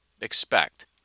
expect